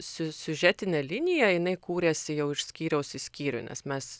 siu siužetinė linija jinai kūrėsi jau iš skyriaus į skyrių nes mes